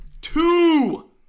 two